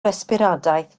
resbiradaeth